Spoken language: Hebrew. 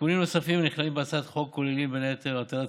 תיקונים נוספים הנכללים בהצעת החוק הם בין היתר הטלת